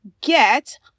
get